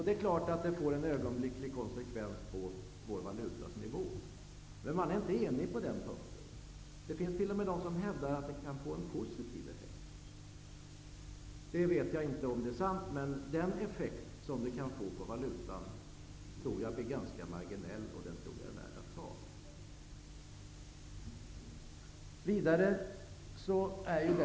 Det är klart att det får en ögonblicklig konsekvens på vår valutas nivå, men man är inte enig på den punkten. Det finns t.o.m. de som hävdar att det kan få en positiv effekt. Jag vet inte om det är sant, men jag tror att den effekt som det kan få på valutan blir ganska marginell, och jag tror att den risken är värd att ta.